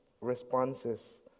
responses